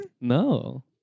No